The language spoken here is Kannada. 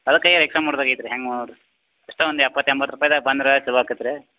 ಅದಕ್ಕಾಗಿ ರಿಕ್ಷಾ ಮಾಡ್ದಾಗೈತೆ ರೀ ಹೆಂಗೆ ನೋಡಿರಿ ಎಷ್ಟು ಒಂದು ಎಪ್ಪತ್ತು ಎಂಬತ್ತು ರೂಪಾಯ್ದಾಗೆ ಬಂದರೆ ಚೊಲೋ ಆಕೈತೆ ರೀ